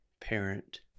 parent